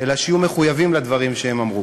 אלא שיהיו מחויבים לדברים שהם אמרו.